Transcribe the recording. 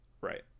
Right